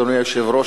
אדוני היושב-ראש,